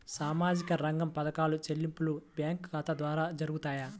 సామాజిక రంగ పథకాల చెల్లింపులు బ్యాంకు ఖాతా ద్వార జరుగుతాయా?